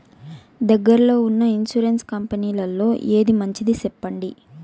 దగ్గర లో ఉన్న ఇన్సూరెన్సు కంపెనీలలో ఏది మంచిది? సెప్పండి?